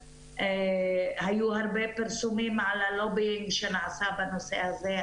היו הרבה פרסומים על הלובינג שנעשה בנושא הזה,